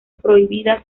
prohibida